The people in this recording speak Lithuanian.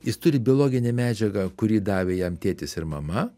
jis turi biologinę medžiagą kurį davė jam tėtis ir mama